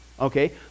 Okay